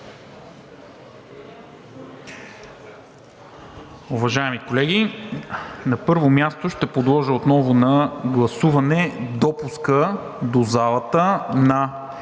Уважаеми колеги, на първо място ще подложа отново на гласуване допуск до залата на